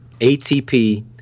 ATP